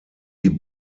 die